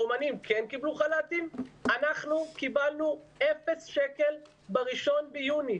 האומנים כן קיבלו חל"ת אבל אנחנו קיבלנו אפס שקלים ב-1 ביוני.